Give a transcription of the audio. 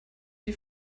die